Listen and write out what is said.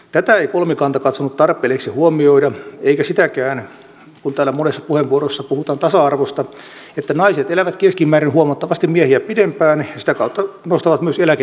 tätä ei kolmikanta katsonut tarpeelliseksi huomioida eikä sitäkään täällä monessa puheenvuorossa puhutaan tasa arvosta että naiset elävät keskimäärin huomattavasti miehiä pidempään ja sitä kautta myös nostavat eläkettä pidempään